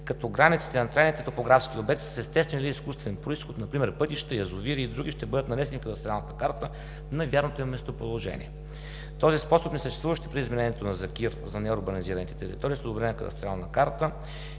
като границите на трайните топографски обекти с естествен или изкуствен произход, например пътища, язовири и други, ще бъдат нанесени в кадастралната карта на вярното им местоположение. Този способ не съществуваше при изменението на Закона за кадастъра и имотния регистър за неурбанизираните територии с одобрена кадастрална карта